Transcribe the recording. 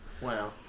Wow